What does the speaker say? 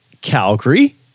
Calgary